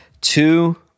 two